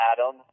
Adam